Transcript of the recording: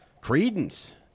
Credence